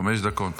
חמש דקות.